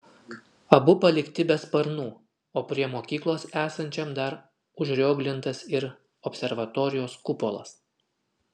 abu palikti be sparnų o prie mokyklos esančiam dar užrioglintas ir observatorijos kupolas